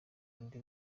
undi